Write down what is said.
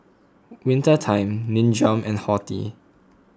Winter Time Nin Jiom and Horti